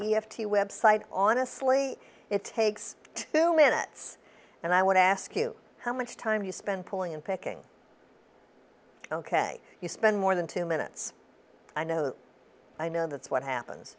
website honestly it takes two minutes and i would ask you how much time you spend pulling and picking ok you spend more than two minutes i know i know that's what happens